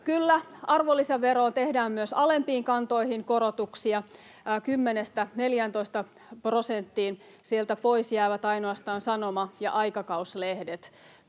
Kyllä, arvonlisäveroon tehdään myös alempiin kantoihin korotuksia, 10:stä 14 prosenttiin. Sieltä pois jäävät ainoastaan sanoma- ja aikakauslehdet.